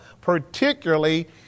particularly